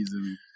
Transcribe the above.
easily